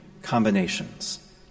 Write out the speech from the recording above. combinations